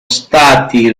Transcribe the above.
stati